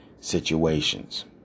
situations